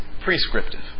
prescriptive